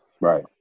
right